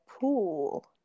pool